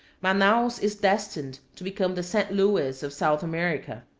manaos is destined to become the st. louis of south america.